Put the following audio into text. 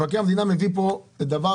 מבקר המדינה מביא פה דבר,